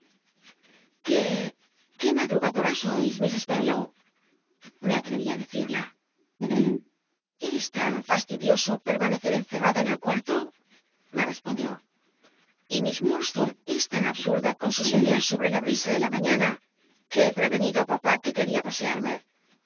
qué madeugadora sois mis spenlow me atreví í decida es tan fastidioso poc encerrada en el cuarto me respondió y miss iiunlstone es tun absurda con sus ideas sobre la brisa de la mañana que he prevenido á papá que quería pasearme